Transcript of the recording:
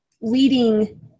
leading